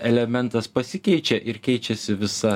elementas pasikeičia ir keičiasi visa